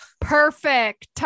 Perfect